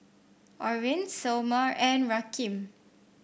Oren Somer and Rakeem